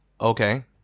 okay